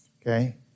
okay